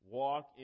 walk